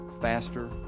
faster